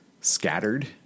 scattered